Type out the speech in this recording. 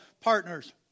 partners